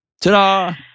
Ta-da